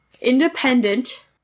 Independent